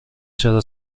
چرا